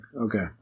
Okay